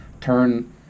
turn